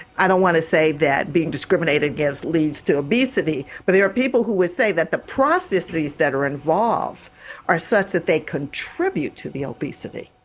i don't want to say that being discriminated against leads to obesity, but there are people who would say that the processes that are involved are such that they contribute to the obesity.